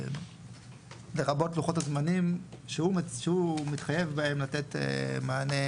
לרבות לוחות הזמנים שהוא מתחייב בהם לתת מענה